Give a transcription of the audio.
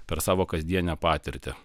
per savo kasdienę patirtį